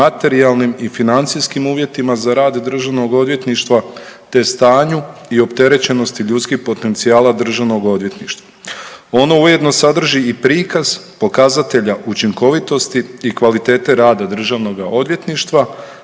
materijalnim i financijskim uvjetima za rad državnog odvjetništva te stanju i opterećenosti ljudskih potencijala državnog odvjetništva. Ono ujedno sadrži i prikaz pokazatelja učinkovitosti i kvalitete rada državnoga odvjetništva